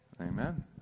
amen